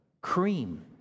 cream